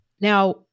Now